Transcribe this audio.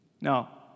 Now